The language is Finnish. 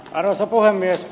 arvoisa puhemies